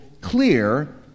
clear